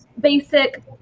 basic